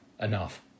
enough